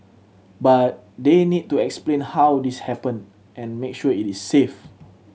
but they need to explain how this happened and make sure it is safe